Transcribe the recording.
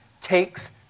takes